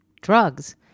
drugs